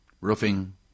roofing